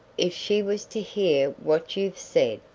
if she was to hear what you've said!